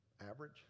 average